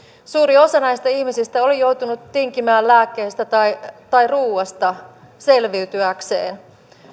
suuri osa näistä ihmisistä oli joutunut tinkimään lääkkeistä tai tai ruuasta selviytyäkseen